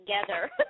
together